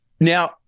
Now